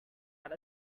out